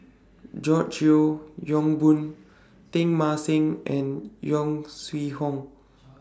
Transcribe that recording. George Yeo Yong Boon Teng Mah Seng and Yong Shu Hoong